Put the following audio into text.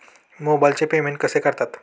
मोबाइलचे पेमेंट कसे करतात?